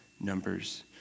Numbers